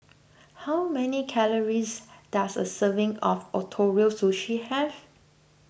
how many calories does a serving of Ootoro Sushi have